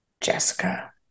Jessica